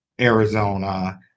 Arizona